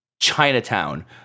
chinatown